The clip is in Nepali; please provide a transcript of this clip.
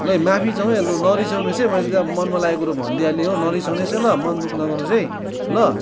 लु है माफी छ है नरिसाउनु होस् है मैलेँ चाहिँ अब मनमा लागेको कुरो भनिदिई हालेँ हो नरिसाउनु होस् है ल मन दुख नगर्नुहोस है ल